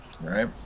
Right